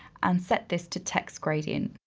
and set this to text gradient.